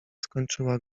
skończyła